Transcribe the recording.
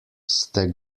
ste